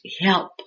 help